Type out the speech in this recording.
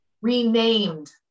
Renamed